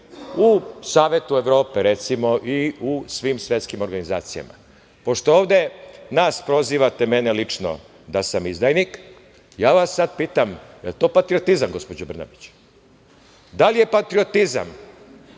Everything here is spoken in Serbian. u Savetu Evrope, recimo, i u svim svetskim organizacijama? Pošto ovde nas prozivate, mene lično, da sam izdajnik, ja vas sad pitam – jel to patriotizam, gospođo Brnabić? Da li je patriotizam